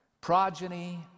progeny